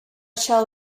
shall